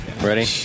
Ready